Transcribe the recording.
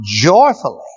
joyfully